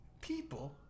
people